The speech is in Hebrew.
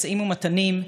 משאים ומתנים,